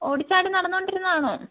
ഓടി ചാടി നടന്നുകൊണ്ടിരുന്നതാണോ